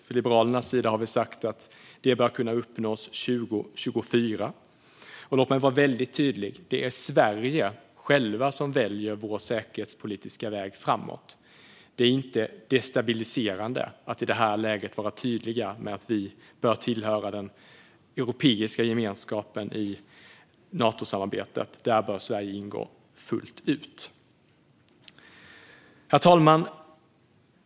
Från Liberalernas sida har vi sagt att det bör kunna uppnås 2024. Låt mig vara väldigt tydlig: Det är Sverige självt som väljer sin säkerhetspolitiska väg framåt. Det är inte destabiliserande att i detta läge vara tydlig med att vi bör tillhöra den europeiska gemenskapen i Natosamarbetet. Där bör Sverige ingå fullt ut. Herr talman!